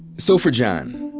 so for john,